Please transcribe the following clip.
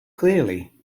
clearly